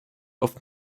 oft